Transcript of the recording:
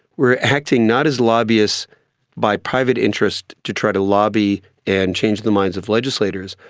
were acting not as lobbyists by private interest to try to lobby and change the minds of legislators,